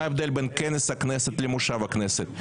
מה ההבדל בין כנס הכנסת למושב הכנסת?